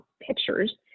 pictures